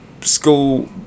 school